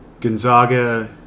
Gonzaga